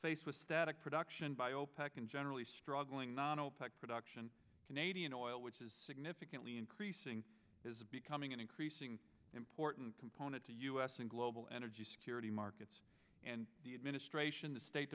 faced with static production by opec and generally struggling not opec production canadian oil which is significantly increasing is becoming an increasing important component to us in global energy security markets and the administration the state